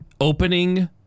opening